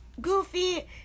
Goofy